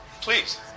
Please